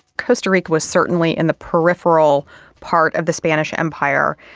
costa rica was certainly in the peripheral part of the spanish empire.